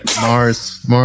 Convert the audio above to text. Mars